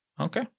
Okay